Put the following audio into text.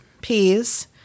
peas